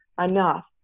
enough